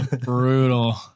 Brutal